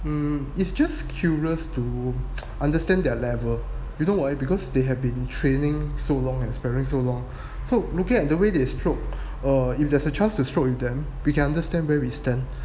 um it's just curious to understand their level you know why because they have been training so long and sparing so long so looking at the way they stroke err if there's a chance to stroke with them we can understand where we stand